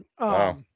Wow